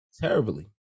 terribly